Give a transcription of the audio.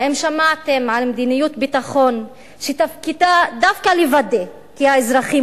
האם שמעתם על מדיניות ביטחון שתפקידה דווקא לוודא כי האזרחים